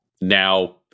now